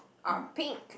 are pink